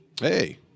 hey